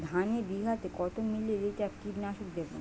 ধানে বিঘাতে কত মিলি লিটার কীটনাশক দেবো?